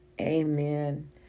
Amen